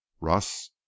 russ